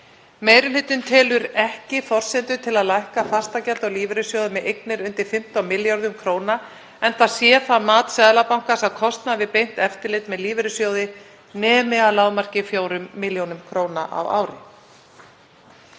Meiri hlutinn telur ekki forsendur til að lækka fastagjald á lífeyrissjóði með eignir undir 15 milljörðum kr. enda sé það mat Seðlabankans að kostnaður við beint eftirlit með lífeyrissjóði nemi að lágmarki 4.000.000 kr. á ári.